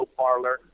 parlor